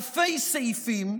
אלפי סעיפים,